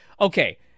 okay